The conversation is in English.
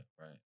right